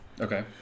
Okay